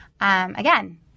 Again